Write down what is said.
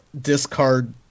discard